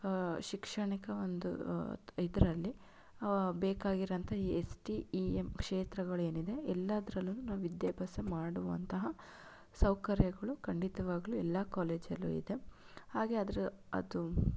ಶಿಕ್ಷಣಿಕ ಒಂದು ಇದರಲ್ಲಿ ಬೇಕಾಗಿರೋಂಥ ಈ ಎಸ್ ಟಿ ಇ ಎಮ್ ಕ್ಷೇತ್ರಗಳು ಏನಿದೆ ಎಲ್ಲದ್ರಲ್ಲೂನು ನಾವು ವಿದ್ಯಾಭ್ಯಾಸ ಮಾಡುವಂತಹ ಸೌಕರ್ಯಗಳು ಖಂಡಿತವಾಗಲೂ ಎಲ್ಲ ಕಾಲೇಜಲ್ಲೂ ಇದೆ ಹಾಗೆ ಅದರ ಅದು